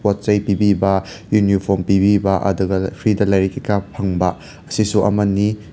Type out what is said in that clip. ꯄꯣꯠ ꯆꯩ ꯄꯤꯕꯤꯕ ꯌꯨꯅꯤꯐꯣꯝ ꯄꯤꯕꯤꯕ ꯑꯗꯨꯒ ꯐ꯭ꯔꯤꯗ ꯂꯥꯏꯔꯤꯛ ꯀꯩ ꯀꯥ ꯐꯪꯕ ꯑꯁꯤꯁꯨ ꯑꯃꯅꯤ